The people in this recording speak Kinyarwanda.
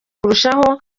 kurushaho